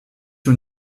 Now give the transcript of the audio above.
you